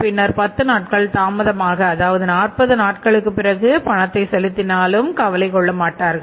பின்னர் 10 நாட்கள் தாமதமாக அதாவது 40 நாட்களுக்கு பிறகு பணத்தை செலுத்தினாலும் கவலை கொள்ளமாட்டார்